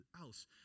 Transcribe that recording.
else